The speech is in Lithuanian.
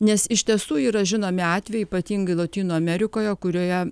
nes iš tiesų yra žinomi atvejai ypatingai lotynų amerikoje kurioje